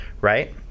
right